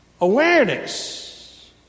awareness